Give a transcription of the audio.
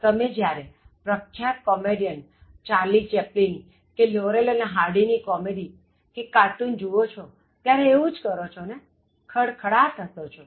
તમે જ્યારે પ્રખ્યાત કોમેડિયન ચાર્લી ચેપ્લિન કે લોરેલ અને હાર્ડી ની કોમેડી કે કાર્ટૂન જુવો છો ત્યારે એવું જ કરો છો ખડખડાટ હસો છો